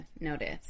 notice